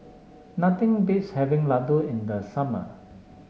nothing beats having Ladoo in the summer